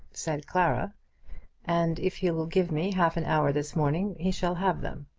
said clara and if he will give me half an hour this morning he shall have them.